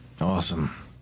Awesome